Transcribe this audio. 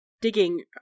digging